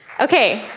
okay.